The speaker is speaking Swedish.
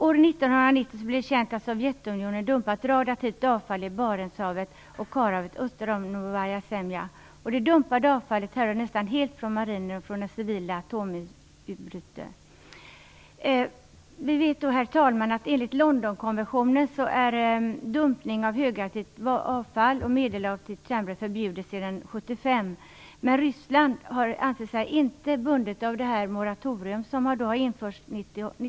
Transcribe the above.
År 1990 blev det känt att Sovjetunionen dumpat radioaktivt avfall i Barentshavet och Karahavet öster om Novaja Zemlja. Det dumpade avfallet härrör nästan helt från marinen och från den civila atomisbrytarflottan. Herr talman! Enligt Londonkonventionen från 1972 är dumpning av hög och medelaktivt kärnbränsle förbjudet sedan 1975. Sedan 1983 har man tillämpat ett frivilligt moratorium för dumpning av lågaktivt avfall.